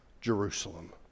Jerusalem